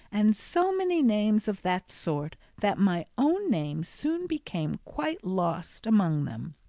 and so many names of that sort that my own name soon became quite lost among them.